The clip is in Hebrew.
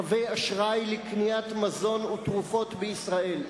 קווי אשראי לקניית מזון ותרופות בישראל.